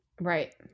Right